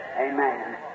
Amen